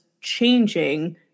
changing